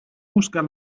buscar